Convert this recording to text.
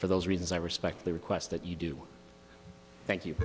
for those reasons i respectfully request that you do thank you